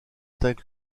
étaient